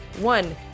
one